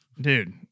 Dude